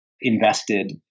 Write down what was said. invested